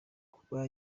kuba